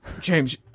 James